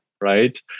right